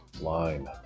line